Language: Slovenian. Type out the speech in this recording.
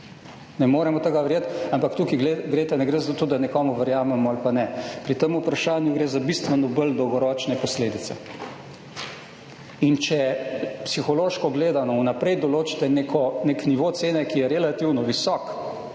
ne moremo tega verjeti. Ampak tukaj greste, ne gre za to, da nekomu verjamemo ali pa ne, pri tem vprašanju gre za bistveno bolj dolgoročne posledice. In če, psihološko gledano, vnaprej določite nek nivo cene, ki je relativno visok